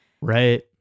right